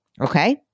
okay